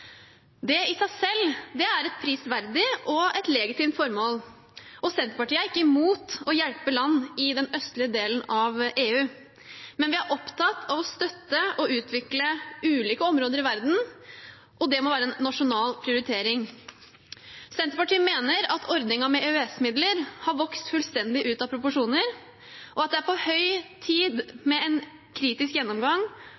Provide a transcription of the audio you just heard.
Det er i seg selv et prisverdig og legitimt formål, og Senterpartiet er ikke imot å hjelpe land i den østlige delen av EU, men vi er opptatt av å støtte og utvikle ulike områder i verden, og det må være en nasjonal prioritering. Senterpartiet mener at ordningen med EØS-midler har vokst fullstendig ut av proporsjoner, og at det er på høy